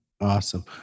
awesome